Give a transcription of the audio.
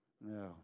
No